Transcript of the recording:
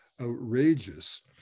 outrageous